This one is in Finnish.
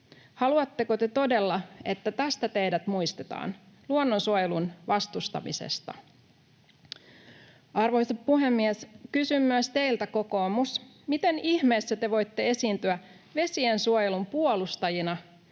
Haluatteko te todella, että tästä teidät muistetaan, luonnonsuojelun vastustamisesta? Arvoisa puhemies! Kysyn myös teiltä, kokoomus, miten ihmeessä te voitte esiintyä vesiensuojelun puolustajina,